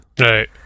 Right